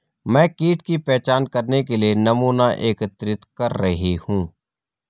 मैं कीट की पहचान करने के लिए नमूना एकत्रित कर रही हूँ